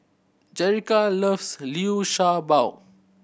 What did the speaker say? Jerica loves Liu Sha Bao